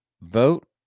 Vote